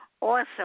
awesome